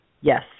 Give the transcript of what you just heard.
Yes